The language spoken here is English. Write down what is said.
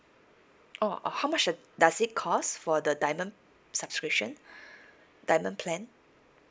oh how much it does it cost for the diamond subscription diamond plan